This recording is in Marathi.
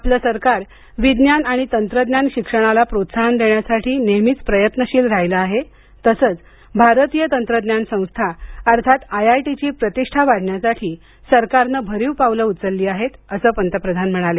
आपलं सरकार विज्ञान आणि तंत्रज्ञान शिक्षणाला प्रोत्साहन देण्यासाठी नेहेमीच प्रयत्नशील राहिल आहे तसंच भारतीय तंत्रज्ञान संस्था अर्थात आय आय टी ची प्रतिष्ठा वाढण्यासाठी सरकारने भरीव पावले उचलली आहेत असं पंतप्रधान म्हणाले